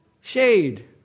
shade